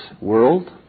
world